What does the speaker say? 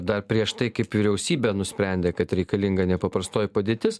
dar prieš tai kaip vyriausybė nusprendė kad reikalinga nepaprastoji padėtis